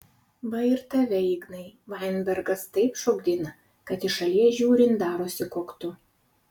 va ir tave ignai vainbergas taip šokdina kad iš šalies žiūrint darosi koktu